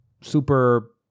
super